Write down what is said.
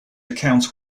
accounts